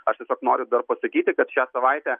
aš tiesiog noriu dar pasakyti kad šią savaitę